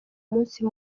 munsi